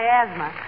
asthma